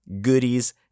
goodies